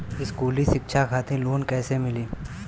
स्कूली शिक्षा खातिर लोन कैसे मिली?